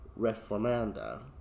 Reformanda